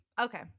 okay